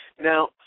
Now